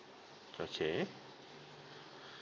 okay